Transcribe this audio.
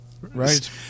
Right